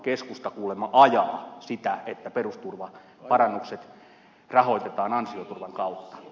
keskusta kuulemma ajaa sitä että perusturvaparannukset rahoitetaan ansioturvan kautta